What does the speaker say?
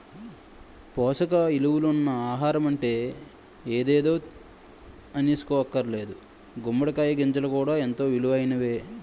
పోసక ఇలువలున్న ఆహారమంటే ఎదేదో అనీసుకోక్కర్లేదు గుమ్మడి కాయ గింజలు కూడా ఎంతో ఇలువైనయే